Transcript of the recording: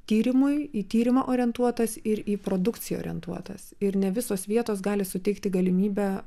tyrimui į tyrimą orientuotas ir į produkciją orientuotas ir ne visos vietos gali suteikti galimybę